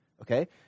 okay